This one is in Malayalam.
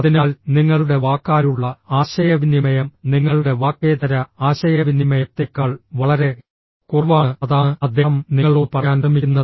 അതിനാൽ നിങ്ങളുടെ വാക്കാലുള്ള ആശയവിനിമയം നിങ്ങളുടെ വാക്കേതര ആശയവിനിമയത്തേക്കാൾ വളരെ കുറവാണ് അതാണ് അദ്ദേഹം നിങ്ങളോട് പറയാൻ ശ്രമിക്കുന്നത്